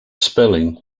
spelling